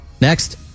Next